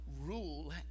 rule